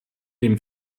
dem